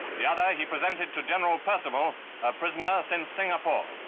the other he presented to general percival, a prisoner since singapore.